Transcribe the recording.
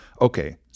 okay